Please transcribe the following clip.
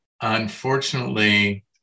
unfortunately